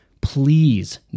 Please